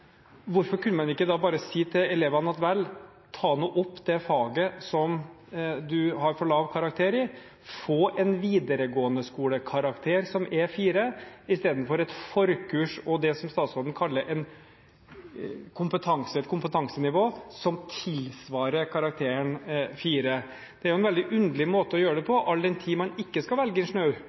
hvorfor kunne man da ikke bare si til elevene at de skal ta opp igjen det faget som de har for lav karakter i og få en videregående-skole-karakter som er 4, i stedet for et forkurs og det som statsråden kaller et kompetansenivå som tilsvarer karakteren 4? Det er en veldig underlig måte å gjøre det på all den tid man ikke skal velge